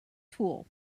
tool